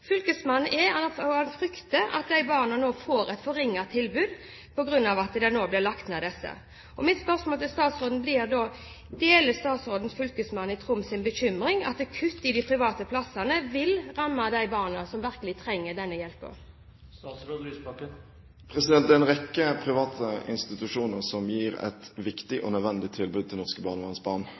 frykter at de barna nå får et forringet tilbud på grunn av at disse nå blir lagt ned. Mitt spørsmål til statsråden blir da: Deler statsråden bekymringen til fylkesmannen i Troms over at kutt i de private plassene vil ramme de barna som virkelig trenger denne hjelpen? Det er en rekke private institusjoner som gir et viktig og nødvendig tilbud til norske